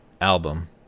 album